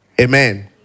Amen